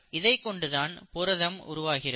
இதைக் கொண்டு தான் புரதம் உருவாகிறது